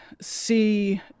see